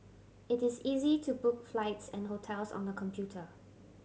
it is easy to book flights and hotels on the computer